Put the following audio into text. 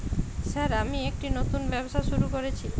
Sir আমি একটি নতুন ব্যবসা শুরু করেছি?